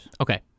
Okay